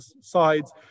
sides